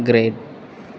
great